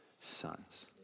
sons